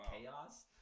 chaos